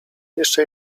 jeszcze